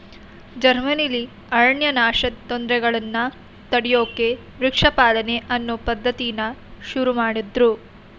ಜರ್ಮನಿಲಿ ಅರಣ್ಯನಾಶದ್ ತೊಂದ್ರೆಗಳನ್ನ ತಡ್ಯೋಕೆ ವೃಕ್ಷ ಪಾಲನೆ ಅನ್ನೋ ಪದ್ಧತಿನ ಶುರುಮಾಡುದ್ರು